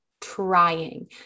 trying